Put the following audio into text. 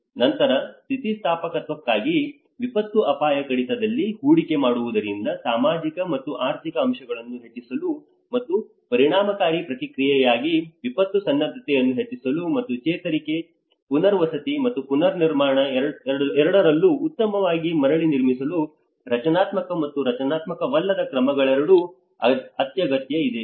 ನಂತರ ಸ್ಥಿತಿಸ್ಥಾಪಕತ್ವಕ್ಕಾಗಿ ವಿಪತ್ತು ಅಪಾಯ ಕಡಿತದಲ್ಲಿ ಹೂಡಿಕೆ ಮಾಡುವುದರಿಂದ ಸಾಮಾಜಿಕ ಮತ್ತು ಆರ್ಥಿಕ ಅಂಶಗಳನ್ನು ಹೆಚ್ಚಿಸಲು ಮತ್ತು ಪರಿಣಾಮಕಾರಿ ಪ್ರತಿಕ್ರಿಯೆಗಾಗಿ ವಿಪತ್ತು ಸನ್ನದ್ಧತೆಯನ್ನು ಹೆಚ್ಚಿಸಲು ಮತ್ತು ಚೇತರಿಕೆ ಪುನರ್ವಸತಿ ಮತ್ತು ಪುನರ್ನಿರ್ಮಾಣ ಎರಡರಲ್ಲೂ ಉತ್ತಮವಾಗಿ ಮರಳಿ ನಿರ್ಮಿಸಲು ರಚನಾತ್ಮಕ ಮತ್ತು ರಚನಾತ್ಮಕವಲ್ಲದ ಕ್ರಮಗಳೆರಡೂ ಅತ್ಯಗತ್ಯ ಇದೆ